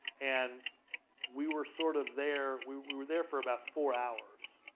and we were sort of there. we we were there for about four hours,